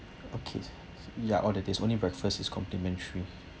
okay ya all the days only breakfast is complimentary